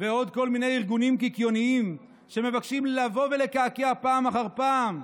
ועוד כל מיני ארגונים קיקיוניים שמבקשים לבוא ולקעקע פעם אחר פעם,